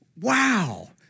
wow